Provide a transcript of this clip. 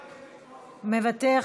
מוותר,